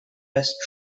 west